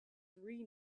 three